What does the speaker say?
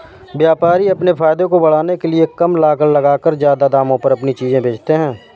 व्यापारी अपने फायदे को बढ़ाने के लिए कम लागत लगाकर ज्यादा दामों पर अपनी चीजें बेचते है